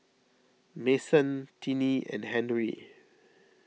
Mason Tinie and Henri